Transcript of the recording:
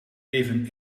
even